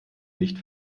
nicht